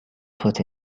put